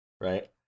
right